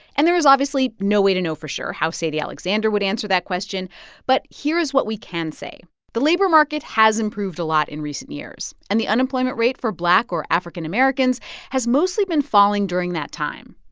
and there is obviously no way to know for sure how sadie alexander would answer that question but here is what we can say the labor market has improved a lot in recent years, and the unemployment rate for black or african-americans african-americans has mostly been falling during that time.